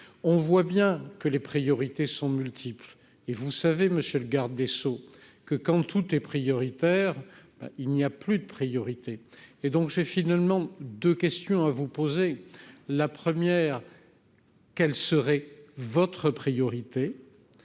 on voit bien que les priorités sont multiples et vous savez, monsieur le garde des Sceaux que quand tout est prioritaire, il n'y a plus de priorité et donc j'ai finalement de questions à vous poser : la première, quelle serait votre priorité